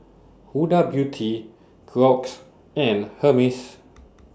Huda Beauty Crocs and Hermes